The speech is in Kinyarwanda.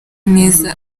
neza